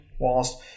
whilst